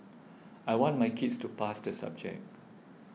I want my kids to pass the subject